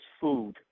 food